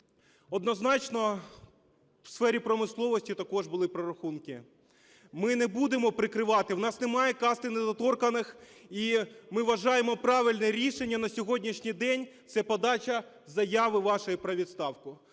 Однозначно у сфері промисловості також були прорахунки. Ми не будемо прикривати, у нас немає касти недоторканних, і ми вважаємо, правильне рішення на сьогоднішній день – це подача заяви вашої про відставку.